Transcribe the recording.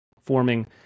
forming